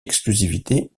exclusivité